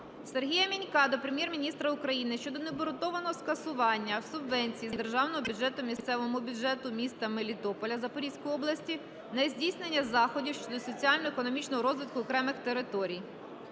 Сергія Мінька до Прем'єр-міністра України щодо необґрунтованого скасування субвенції з державного бюджету місцевому бюджету міста Мелітополя Запорізької області на здійснення заходів щодо соціально-економічного розвитку окремих територій.